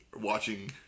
watching